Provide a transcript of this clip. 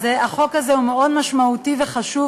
אז החוק הזה הוא מאוד משמעותי וחשוב,